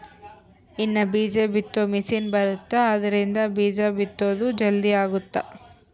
ಇನ್ನ ಬೀಜ ಬಿತ್ತೊ ಮಿಸೆನ್ ಬರುತ್ತ ಆದ್ರಿಂದ ಬೀಜ ಬಿತ್ತೊದು ಜಲ್ದೀ ಅಗುತ್ತ